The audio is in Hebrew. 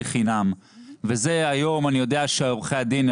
חינם וזה היום אני יודע שעורכי הדין,